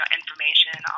information